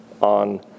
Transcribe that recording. on